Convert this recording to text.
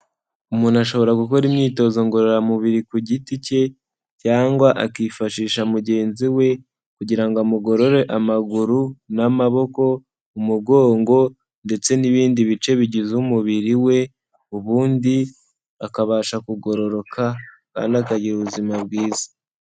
Umuntu ashobora gukora imyitozo ngororamubiri ku giti cye cyangwa akifashisha mugenzi we kugira amugorore amaguru n'amaboko, umugongo ndetse n'ibindi bice bigize umubiri we, ubundi akabasha kugororoka akagira ubuzima bwiza.